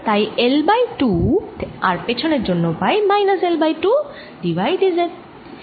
তাই L by 2 আর পেছনের জন্য pi minus L by 2 d y d z